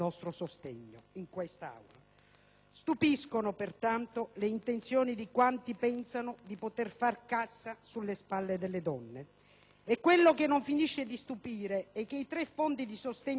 Stupiscono pertanto le intenzioni di quanti pensano di poter far cassa sulle spalle delle donne. Quello che non finisce di stupire è che i tre Fondi di sostegno all'occupazione femminile e giovanile